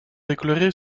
éclairer